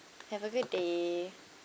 have a great day